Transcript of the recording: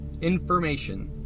information